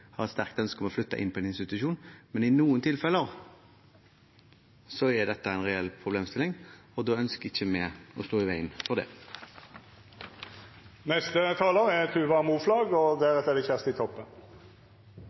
har et sterkt ønske om å flytte inn på en institusjon, men i noen tilfeller er dette en reell problemstilling, og da ønsker ikke vi å stå i veien for det. La det ikke være noen tvil: Arbeiderpartiet er